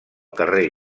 carrer